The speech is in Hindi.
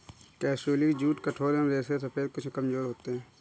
कैप्सुलैरिस जूट कठोर व इसके रेशे सफेद पर कुछ कमजोर होते हैं